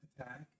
attack